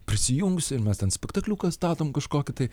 prisijungsi ir mes ten spektakliuką statom kažkokį tai